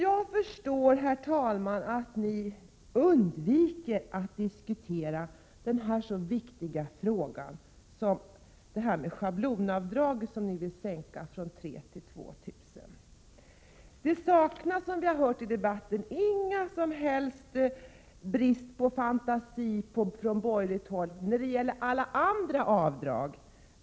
Jag förstår, herr talman, att ni från borgerligt håll undviker att diskutera den viktiga frågan om schablonavdraget, det avdrag som ni vill sänka från 3 000 till 2 000 kr. Som vi har hört i debatten saknas det inte fantasi på borgerligt håll när det gäller alla andra avdrag.